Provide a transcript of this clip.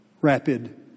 rapid